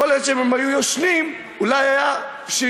יכול להיות שאם הם היו ישנים אולי היה שינוי,